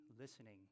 listening